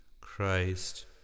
Christ